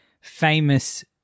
famous